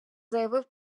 заявив